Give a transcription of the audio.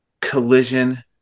Collision